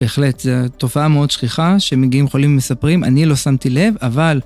בהחלט, זו תופעה מאוד שכיחה, שמגיעים חולים ומספרים, אני לא שמתי לב, אבל...